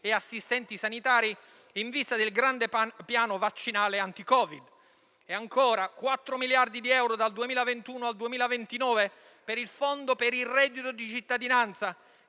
assistenti sanitari in vista del grande piano vaccinale anti-Covid; 4 miliardi di euro dal 2021 al 2029 per il fondo per il reddito di cittadinanza,